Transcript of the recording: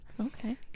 okay